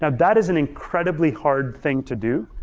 yeah that is an incredibly hard thing to do.